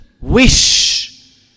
wish